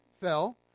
fell